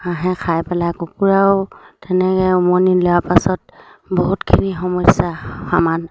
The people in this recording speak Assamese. হাঁহে খাই পেলাই কুকুৰাও তেনেকৈ উমনি লোৱাৰ পাছত বহুতখিনি সমস্যা সমান